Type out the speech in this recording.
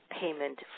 payment